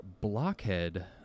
Blockhead